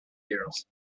years